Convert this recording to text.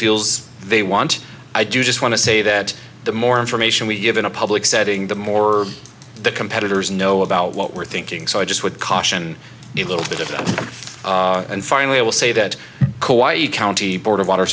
feels they want i do just want to say that the more information we give in a public setting the more the competitors know about what we're thinking so i just would caution a little bit of that and finally i will say that county board of water